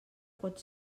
pot